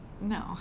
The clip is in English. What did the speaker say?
No